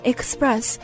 Express